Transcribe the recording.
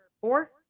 four